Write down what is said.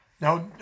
now